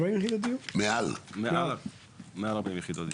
מעל 40 יחידות דיור.